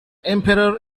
emperor